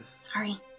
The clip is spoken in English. Sorry